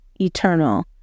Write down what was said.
eternal